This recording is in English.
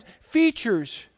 features